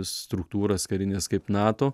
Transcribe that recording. struktūras karines kaip nato